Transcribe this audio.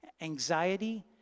anxiety